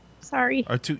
Sorry